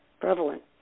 prevalent